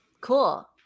Cool